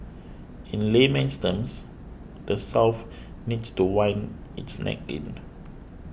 in layman's terms the South needs to wind its neck in